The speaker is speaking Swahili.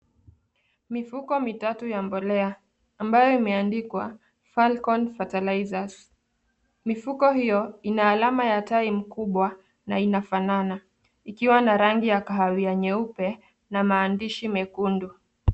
Mifuko mitatu ya mbolea ambayo imeandikwa falcon fertilizers . Mifuko hiyo ina alama ya tai mkubwa na inafanana ikiwa na rangi ya kahawia nyeupe na maandishi mekundu.